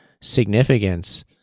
significance